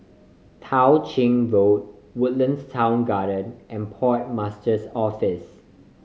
Tao Ching Road Woodlands Town Garden and Port Master's Office